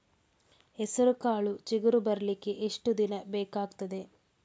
ಹೆಸರುಕಾಳು ಚಿಗುರು ಬರ್ಲಿಕ್ಕೆ ಎಷ್ಟು ದಿನ ಬೇಕಗ್ತಾದೆ?